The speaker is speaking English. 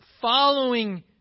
following